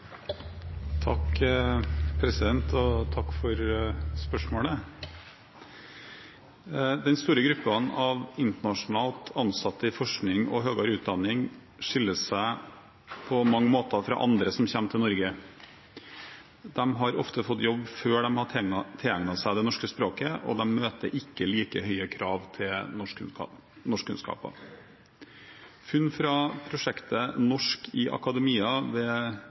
for representantens spørsmål. Den store gruppen av internasjonalt ansatte i forskning og høyere utdanning skiller seg på mange måter fra andre som kommer til Norge: De har ofte fått jobb før de har tilegnet seg det norske språket, og de møter ikke like høye krav til norskkunnskaper. Funn fra prosjektet Norsk i akademia ved